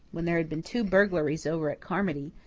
when there had been two burglaries over at carmody,